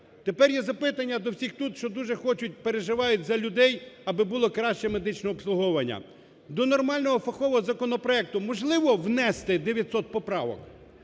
Тепер є запитання до всіх тут, що дуже хочуть, переживають за людей, аби було краще медичне обслуговування. До нормального фахового законопроекту можливо внести 900 поправок?